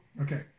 Okay